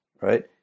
Right